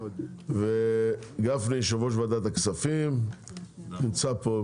גפני יושב-ראש ועדת הכספים נמצא פה,